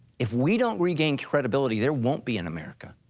if we don't regain credibility, there won't be an america.